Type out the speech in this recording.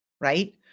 right